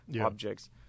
objects